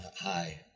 hi